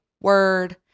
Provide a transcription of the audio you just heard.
word